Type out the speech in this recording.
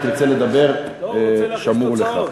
אם תרצה לדבר שמור לך.